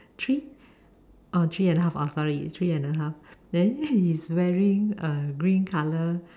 three oh three and a half oh sorry it's three and a half then he's wearing a green colour